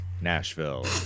Nashville